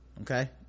okay